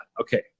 Okay